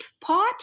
pot